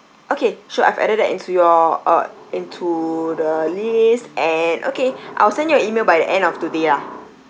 okay sure I've added that into your uh into the list and okay I will send you an email by the end of today ah